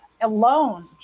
alone